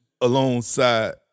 alongside